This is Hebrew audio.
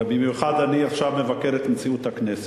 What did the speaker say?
ובמיוחד אני עכשיו מבקר את נשיאות הכנסת.